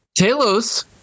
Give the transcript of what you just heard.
Talos